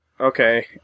Okay